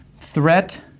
Threat